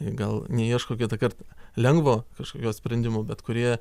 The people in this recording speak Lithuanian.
gal neieško kitą kartą lengvo kažkokio sprendimo bet kurie